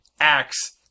axe